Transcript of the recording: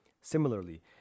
Similarly